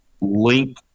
Link